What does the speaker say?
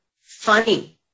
funny